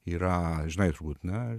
yra žinai turbūt na